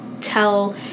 tell